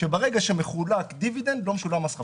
שברגע שמחולק דיבידנד לא משולם מס חברות.